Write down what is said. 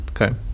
Okay